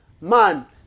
Man